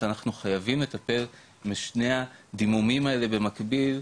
אנחנו חייבים לטפל משני הדימומים האלה במקביל,